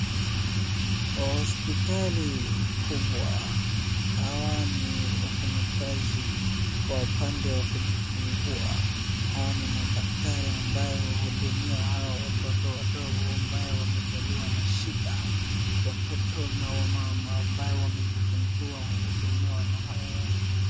Hospitali kubwa, hawa ni wafanyikazi wa upande wa kujifungua. Hawa ni madaktari ambayo uhudumia hawa watoto wadogo ambayo wamezaliwa na shida. Watoto na wamama ambayo wamejifigua uhudumiwa na hawa watu.